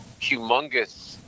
humongous